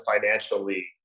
financially